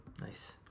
Nice